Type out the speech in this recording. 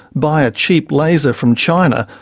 buy a cheap laser from china,